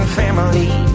family